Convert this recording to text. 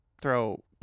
throw